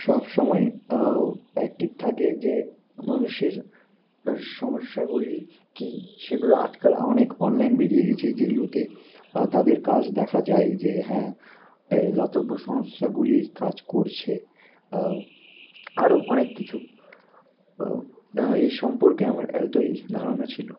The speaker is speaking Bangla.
সব সময় অ্যাকটিভ থাকে যে মানুষের সমস্যাগুলি কী সেগুলি আজকাল আমাদের অনেক অনলাইন বেড়িয়ে গেছে যেগুলোতে তাদের কাজ দেখা যায় হ্যাঁ দাতব্য সংস্থাগুলি কাজ করছে আরও অনেক কিছু এই না সম্পর্কে আমার এতই ধারণা ছিল